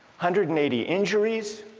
hundred and eighty injuries